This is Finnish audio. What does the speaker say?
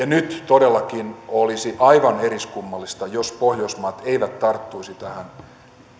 nyt todellakin olisi aivan eriskummallista jos pohjoismaat eivät tarttuisi tähän